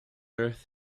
earth